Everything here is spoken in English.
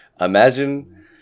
imagine